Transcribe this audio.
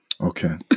Okay